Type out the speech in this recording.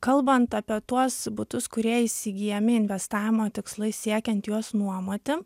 kalbant apie tuos butus kurie įsigyjami investavimo tikslai siekiant juos nuomoti